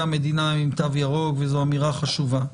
המדינה הם עם תו ירוק וזו אמירה חשובה.